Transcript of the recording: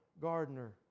gardener